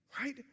Right